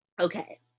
Okay